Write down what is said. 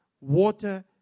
water